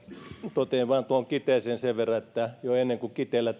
totean vain tuosta kiteestä sen sen verran että jo ennen kuin kiteellä